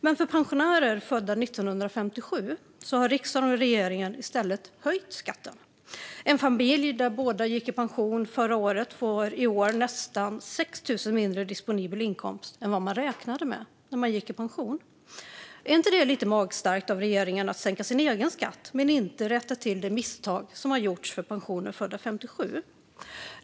För pensionärer födda 1957 har riksdag och regering i stället höjt skatten. En familj där båda gick i pension förra året får i år nästan 6 000 kronor mindre i disponibel inkomst än vad de räknade med när de gick i pension. Är det inte lite magstarkt av regeringen att sänka sin egen skatt men inte rätta till det misstag som har gjorts gällande pensionärer födda 1957?